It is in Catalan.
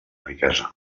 riquesa